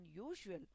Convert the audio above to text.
unusual